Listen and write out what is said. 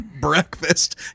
breakfast